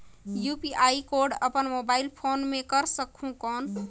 UPI code अपन mobile phone मे कर सकहुं कौन?